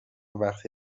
وقتی